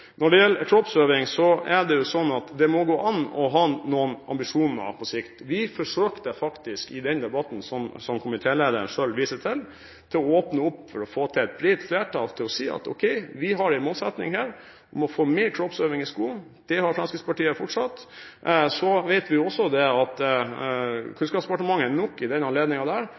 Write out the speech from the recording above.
Når det gjelder kroppsøving, er det sånn at det må gå an å ha noen ambisjoner på lengre sikt. Vi forsøkte faktisk i den debatten som komitélederen selv viser til, å åpne opp for å få et bredt flertall til å si at vi har en målsetting om å få mer kroppsøving i skolen. Det har Fremskrittspartiet fortsatt. Så vet vi at Kunnskapsdepartementet i den